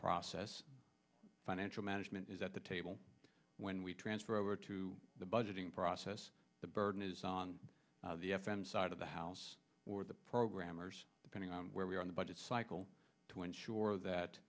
process financial management is at the table when we transfer over to the budgeting process the burden is on the f m side of the house or the programmers depending on where we are in the budget cycle to ensure that